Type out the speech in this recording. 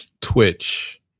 Twitch